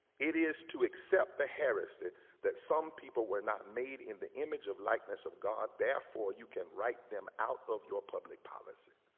it is to accept the heresy that some people were not made in the image or likeness of god, therefore you can write them out of your public policy.